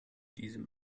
diesem